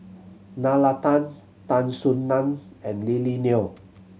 Nalla Tan Tan Soo Nan and Lily Neo